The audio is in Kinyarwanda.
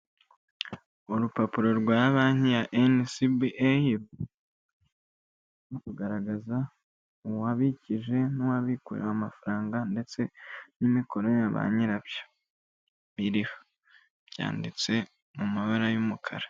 Urupapuro rwa Banki ya NCBA, ruri kugaragaza uwabikije n'uwibikuje amafaranga ndetse n'imikorere ya ba nyirabyo biriho. Byanditse mu mabara y'umukara.